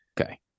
Okay